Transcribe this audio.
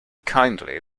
kindly